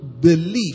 belief